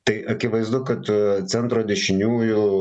tai akivaizdu kad centro dešiniųjų